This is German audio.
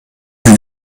sie